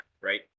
right